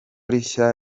rishya